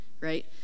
right